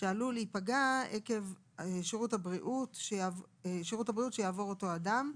שעלולים להיפגע עקב שירות הבריאות שיעבור אותו אדם,